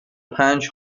پنج